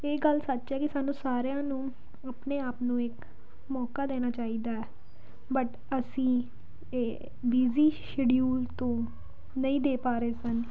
ਇਹ ਗੱਲ ਸੱਚ ਹੈ ਕਿ ਸਾਨੂੰ ਸਾਰਿਆਂ ਨੂੰ ਆਪਣੇ ਆਪ ਨੂੰ ਇੱਕ ਮੌਕਾ ਦੇਣਾ ਚਾਹੀਦਾ ਬਟ ਅਸੀਂ ਇਹ ਬਿਜ਼ੀ ਸ਼ਡਿਊਲ ਤੋਂ ਨਹੀ ਦੇ ਪਾ ਰਹੇ ਸਨ